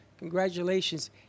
Congratulations